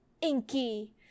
Inky